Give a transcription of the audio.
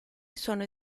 sono